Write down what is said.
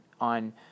on